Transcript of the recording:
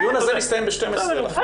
הדיון הזה יסתיים ב-12:00.